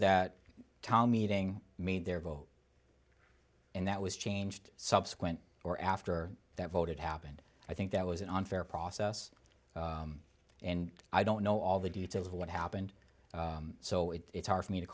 that tommy ting made their vote and that was changed subsequent or after that vote it happened i think that was an unfair process and i don't know all the details of what happened so it's hard for me to